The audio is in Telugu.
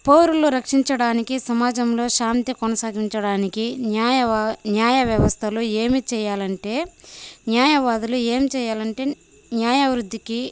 పౌరులు రక్షించడానికి సమాజంలో శాంతి కొనసాగించడానికి న్యాయవ న్యాయవ్యవస్థలు ఏమి చేయాలంటే న్యాయవాదులు ఏం చేయాలంటే న్యాయ వృత్తికి